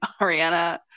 Ariana